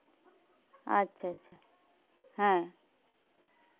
ᱟᱪᱪᱷᱟᱼᱪᱷᱟ ᱦᱮᱸ